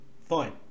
fine